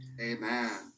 Amen